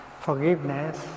forgiveness